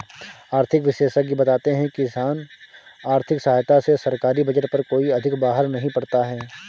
आर्थिक विशेषज्ञ बताते हैं किसान आर्थिक सहायता से सरकारी बजट पर कोई अधिक बाहर नहीं पड़ता है